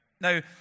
Now